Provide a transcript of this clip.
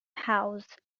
house